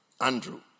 Andrew